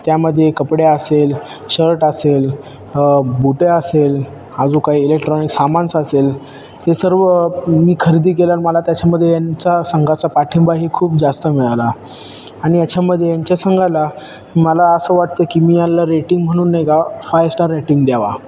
त्यामध्ये कपडे असेल शर्ट असेल बुटं असेल आजूक काही इलेक्ट्रॉनिक सामान्स असेल ते सर्व मी खरेदी केले आणि मला त्याच्यामध्ये यांचा संघाचा पाठिंबाही खूप जास्त मिळाला आणि याच्यामध्ये यांच्या संघाला मला असं वाटतं की मी याला रेटिंग म्हणून नाही का फाय स्टार रेटिंग द्यावा